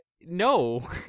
no